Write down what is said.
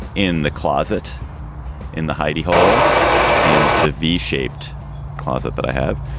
in the closet in the hidey hole in the v shaped closet that i have.